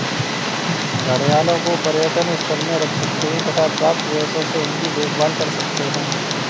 घड़ियालों को पर्यटन स्थल में रख सकते हैं तथा प्राप्त पैसों से उनकी देखभाल कर सकते है